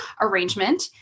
arrangement